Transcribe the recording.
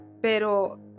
Pero